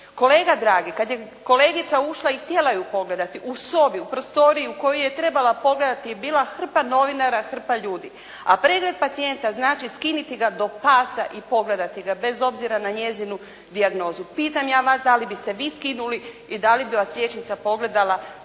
Kolega dragi, kad je kolegica ušla i htjela ju pogledati u sobi, u prostoriji u kojoj je trebala pogledati je bila hrpa novinara, hrpa ljudi, a pregled pacijenta znači skinuti ga do pasa i pogledati ga bez obzira na njezinu dijagnozu. Pitam ja vas da li bi se vi skinuli i da li bi vas liječnica pogledala pred